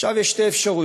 עכשיו, יש שתי אפשרויות.